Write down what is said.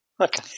Okay